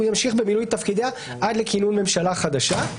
הוא ימשיך במילוי תפקידיה עד לכינון ממשלה חדשה,